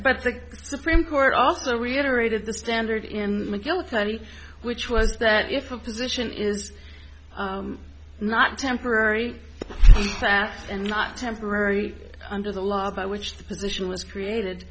but the supreme court also reiterated the standard in mcgillicuddy which was that if a position is not temporary fast and not temporary under the law by which the position was created